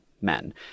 men